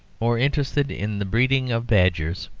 or interested in the breeding of badgers.